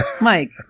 Mike